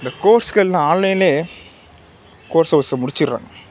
இந்தக் கோர்ஸ்கள்லாம் ஆன்லைன்லேயே கோர்ஸ் ஹவர்ஸை முடிச்சுடுறாங்க